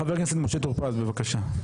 חבר הכנסת משה טור פז, בבקשה.